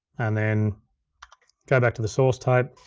and then go back to the source tape,